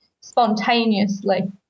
spontaneously